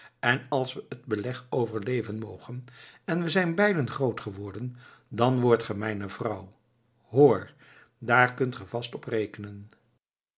en als we het beleg overleven mogen en we zijn beiden groot geworden dan wordt ge mijne vrouw hoor daar kunt ge vast op rekenen